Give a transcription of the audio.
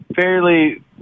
fairly